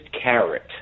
carrot